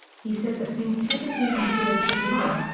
he said that things typically considered to be rough,